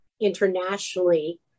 internationally